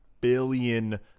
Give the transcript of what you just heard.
billion